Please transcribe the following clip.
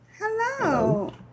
Hello